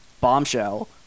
Bombshell